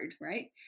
right